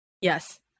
Yes